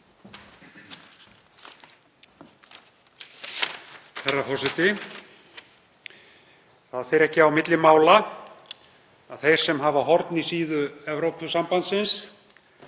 Það fer ekki á milli mála að þeir sem hafa horn í síðu Evrópusambandsins